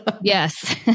Yes